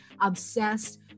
obsessed